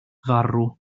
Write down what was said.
farw